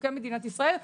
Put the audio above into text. חוקי מדינת ישראל,